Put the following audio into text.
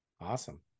Awesome